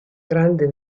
grande